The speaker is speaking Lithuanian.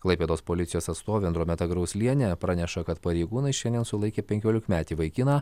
klaipėdos policijos atstovė andromeda grauslienė praneša kad pareigūnai šiandien sulaikė penkiolikmetį vaikiną